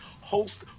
host